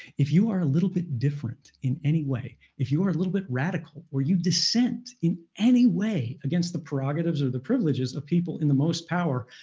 if you are a little bit different in any way, if you are a little bit radical or you dissent in any way against the prerogatives or the privileges of people in the most power,